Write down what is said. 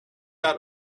out